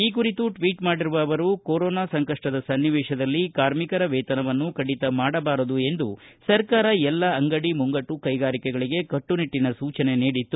ಈ ಕುರಿತು ಟ್ವೀಟ್ ಮಾಡಿರುವ ಅವರು ಕೊರೊನಾ ಸಂಕಷ್ಷದ ಸ್ನಿವೇಶದಲ್ಲಿ ಕಾರ್ಮಿಕರ ವೇತನವನ್ನು ಕಡಿತ ಮಾಡಬಾರದು ಎಂದು ಸರ್ಕಾರ ಎಲ್ಲಾ ಅಂಗಡಿ ಮುಂಗಟ್ಟು ಕೈಗಾರಿಕೆಗಳಿಗೆ ಕಟ್ಟುನಿಟ್ಟನ ಸೂಚನೆ ನೀಡಿತ್ತು